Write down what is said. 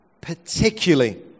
particularly